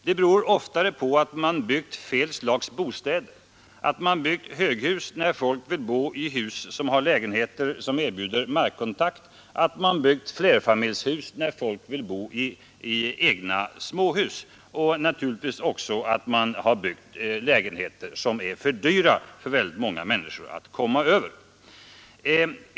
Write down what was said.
Det beror oftare på att man byggt fel slags bostäder, att man byggt höghus när folk vill bo i hus med lägenheter som erbjuder markkontakt, att man byggt flerfamiljshus när folk vill bo i egna småhus och naturligtvis också på att man har byggt lägenheter som är för dyra för väldigt många människor att komma över.